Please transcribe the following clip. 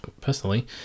personally